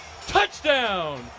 Touchdown